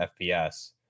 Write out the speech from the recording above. FPS